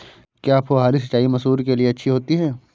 क्या फुहारी सिंचाई मसूर के लिए अच्छी होती है?